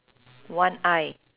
one eye